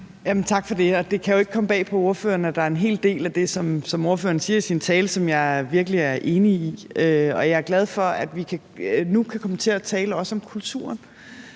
Tak for det. Det kan jo ikke komme bag på ordføreren, at der er en hel del af det, som ordføreren siger i sin tale, som jeg virkelig er enig i, og jeg er glad for, at vi nu også kan komme til at tale om kulturen,